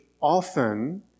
often